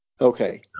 Okay